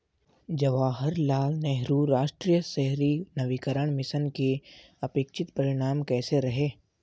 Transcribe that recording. जवाहरलाल नेहरू राष्ट्रीय शहरी नवीकरण मिशन के अपेक्षित परिणाम कैसे रहे?